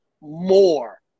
more